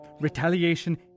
Retaliation